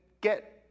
get